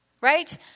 Right